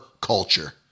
culture